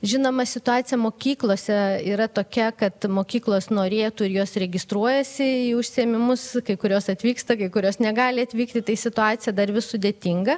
žinoma situacija mokyklose yra tokia kad mokyklos norėtų ir jos registruojasi į užsiėmimus kai kurios atvyksta kai kurios negali atvykti tai situacija dar vis sudėtinga